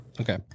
Okay